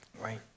right